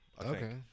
Okay